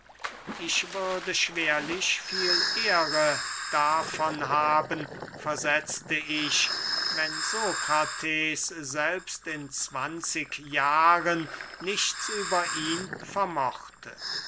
ich würde schwerlich viel ehre davon haben versetzte ich wenn sokrates selbst in zwanzig jahren nichts über ihn vermochte